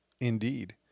Indeed